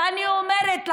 ואני אומרת לכם,